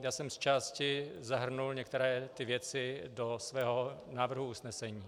Já jsem zčásti zahrnul některé ty věci do svého návrhu usnesení.